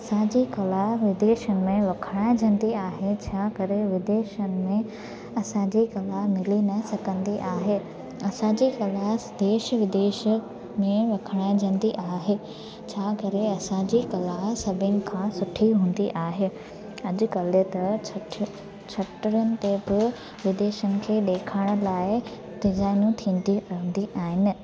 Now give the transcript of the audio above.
असांजे कला विदेश में वखाण जंदी आहे छा करे विदेशनि में असांजे कला मिली न सघंदी आहे असांजे कला देश विदेश में वखाण जंदी आहे छा करे असांजे कला सभिनी खां सुठी हूंदी आहे अॼुकल्ह त छह छह छटरनि ते बि विदेशनि खे ॾेखारनि लाइ डिज़ाइनूं थींदी रहंदी आहिनि